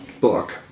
book